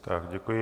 Tak děkuji.